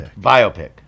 biopic